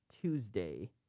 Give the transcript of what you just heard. tuesday